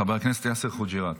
חבר הכנסת יאסר חוג'יראת.